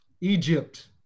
egypt